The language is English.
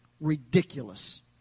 ridiculous